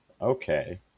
Okay